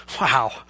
Wow